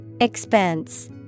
Expense